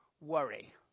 worry